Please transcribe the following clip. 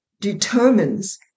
determines